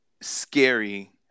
scary